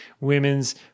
women's